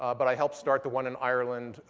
ah but i helped start the one in ireland,